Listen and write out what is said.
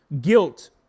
Guilt